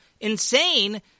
insane